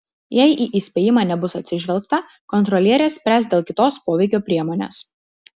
jei į įspėjimą nebus atsižvelgta kontrolierė spręs dėl kitos poveikio priemonės